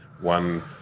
one